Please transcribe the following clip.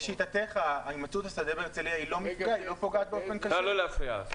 לשיטתך הימצאות השדה בהרצליה היא לא פוגעת באופן קשה?